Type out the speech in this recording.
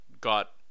got